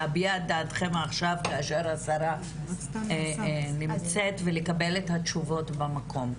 להביע את דעתכם עכשיו כאשר השרה נמצאת ולקבל את התשובות במקום.